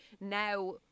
now